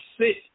sit